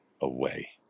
away